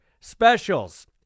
specials